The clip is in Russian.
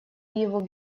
его